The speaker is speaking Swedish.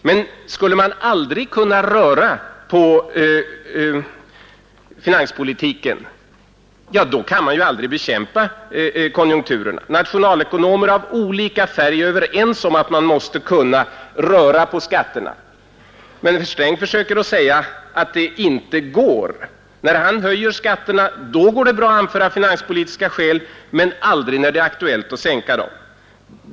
Men skulle man aldrig kunna röra på finanspolitiken, kan man ju aldrig bekämpa konjunkturerna. Nationalekonomer av olika färger är överens om att man måste kunna röra på skatterna, även sänka dem. Men herr Sträng försöker säga att det inte går. När han höjer skatterna går det bra att anföra finanspolitiska skäl men aldrig när det är aktuellt att sänka dem.